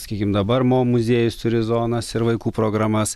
sakykim dabar mo muziejus turi zonas ir vaikų programas